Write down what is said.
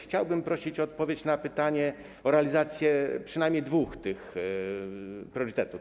Chciałbym prosić o odpowiedź na pytanie o realizację przynajmniej dwóch tych priorytetów.